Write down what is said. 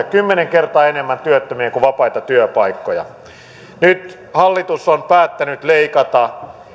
kymmenen kertaa enemmän työttömiä kuin vapaita työpaikkoja nyt hallitus on päättänyt leikata